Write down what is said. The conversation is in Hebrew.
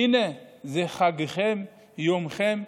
הינה, זה חגכם, יומכם,